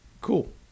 Cool